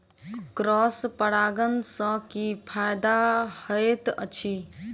Cross परागण सँ की फायदा हएत अछि?